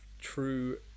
true